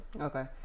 Okay